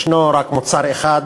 יש רק מוצר אחד